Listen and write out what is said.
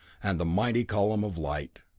and the mighty column of light.